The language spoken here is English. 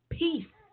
peace